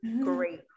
great